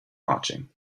marching